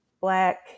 Black